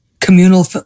communal